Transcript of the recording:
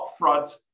upfront